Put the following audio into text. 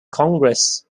congress